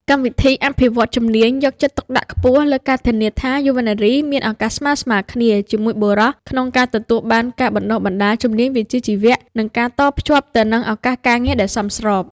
កម្មវិធីអភិវឌ្ឍន៍ជំនាញ យកចិត្តទុកដាក់ខ្ពស់លើការធានាថាយុវនារីមានឱកាសស្មើៗគ្នាជាមួយបុរសក្នុងការទទួលបានការបណ្តុះបណ្តាលជំនាញវិជ្ជាជីវៈ និងការតភ្ជាប់ទៅនឹងឱកាសការងារដែលសមស្រប។